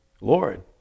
Lord